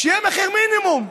שיהיה מחיר מינימום,